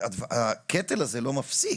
- הקטל הזה לא מפסיק.